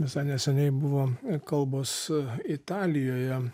visai neseniai buvo kalbos italijoje